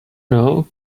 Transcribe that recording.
know